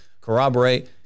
corroborate